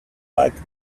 like